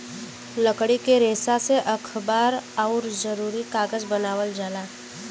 लकड़ी क रेसा से अखबार आउर जरूरी कागज बनावल जाला